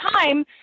time